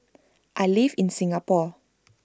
I live in Singapore